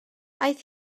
aeth